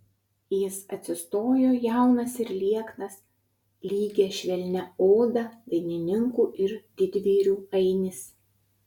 jis atsistojo jaunas ir lieknas lygia švelnia oda dainininkų ir didvyrių ainis